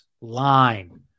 Line